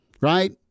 right